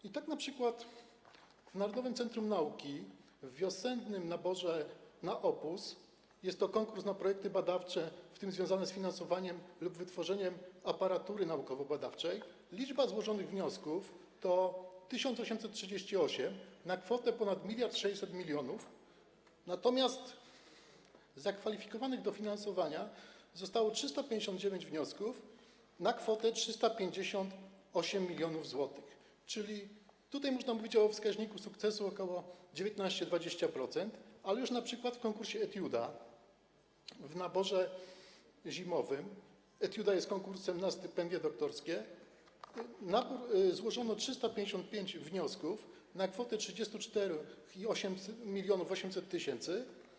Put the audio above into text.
I tak np. w Narodowym Centrum Nauki w wiosennym naborze na „Opus” - jest to konkurs na projekty badawcze, w tym związane z finansowaniem lub wytworzeniem aparatury naukowo-badawczej - liczba złożonych wniosków to 1838 na kwotę ponad 1600 mln, natomiast zakwalifikowanych do finansowania zostało 359 wniosków na kwotę 358 mln zł, czyli tutaj można mówić o wskaźniku sukcesu ok. 19–20%, ale już np. w konkursie „Etiuda” w naborze zimowym - „Etiuda” jest konkursem na stypendia doktorskie - złożono 355 wniosków na kwotę 34 800 tys.